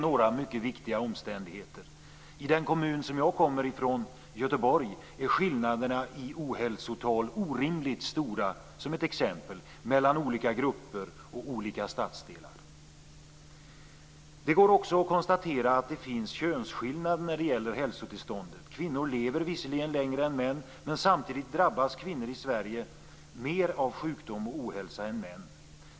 I den kommun som jag kommer från, Göteborg, är t.ex. skillnaderna i ohälsotal orimligt stora mellan olika grupper och olika stadsdelar. Det kan också konstateras att det finns könsskillnader när det gäller hälsotillståndet. Kvinnor lever visserligen längre än män, men samtidigt drabbas kvinnor i Sverige mer av sjukdom och ohälsa än män.